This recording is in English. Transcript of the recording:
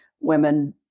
women